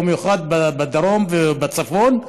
במיוחד בדרום ובצפון,